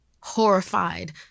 Horrified